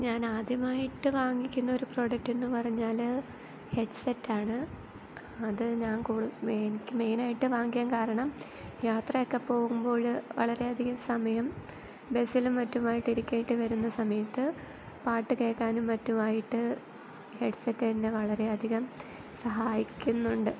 ഞാൻ ആദ്യമായിട്ട് വാങ്ങിക്കുന്ന ഒരു പ്രൊഡക്റ്റ് എന്ന് പറഞ്ഞാൽ ഹെഡ് സെറ്റാണ് അത് ഞാൻ കൂ മേ എനിക്ക് മെയിനായിട്ട് വാങ്ങിക്കാൻ കാരണം യാത്രയൊക്കെ പോകുമ്പോൾ വളരെ അധികം സമയം ബസ്സിലും മറ്റുമായിട്ട് ഇരിക്കേണ്ടി വരുന്ന സമയത്ത് പാട്ടു കേൾക്കാനും മാറ്റുമായിട്ട് ഹെഡ് സെറ്റ് എന്നെ വളരെ അധികം സഹായിക്കുന്നുണ്ട്